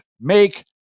make